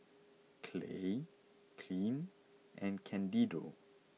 Clay Kylene and Candido